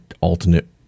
alternate